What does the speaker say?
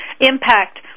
impact